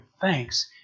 thanks